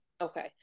Okay